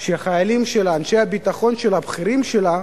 שהחיילים שלה, אנשי הביטחון שלה, בכירים שלה,